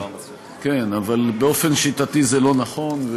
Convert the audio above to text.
אבל באופן שיטתי זה לא נכון,